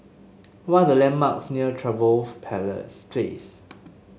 what are the landmarks near Trevose Palace Place